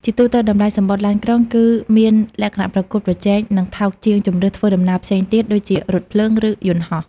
ជាទូទៅ តម្លៃសំបុត្រឡានក្រុង គឺមានលក្ខណៈប្រកួតប្រជែង និងថោកជាងជម្រើសធ្វើដំណើរផ្សេងទៀតដូចជារថភ្លើង ឬយន្តហោះ។